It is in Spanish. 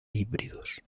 híbridos